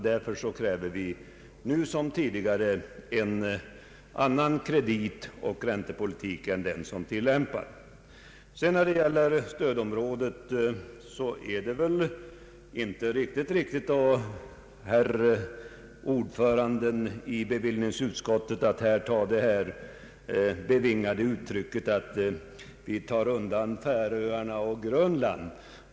Därför kräver vi nu som tidigare en annan kreditoch räntepolitik än den som tillämpas. Vad beträffar stödområdet är det väl inte riktigt av herr ordföranden i bevillningsutskottet att använda uttrycket att vi tar undan Färöarna och Grönland.